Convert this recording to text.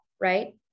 right